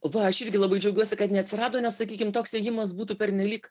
va aš irgi labai džiaugiuosi kad neatsirado nes sakykim toks ėjimas būtų pernelyg